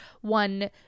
one